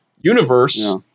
universe